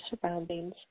surroundings